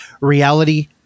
reality